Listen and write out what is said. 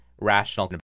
rational